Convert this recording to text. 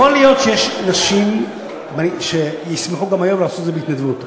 יכול להיות שיש נשים שישמחו גם היום לעשות את זה בהתנדבות.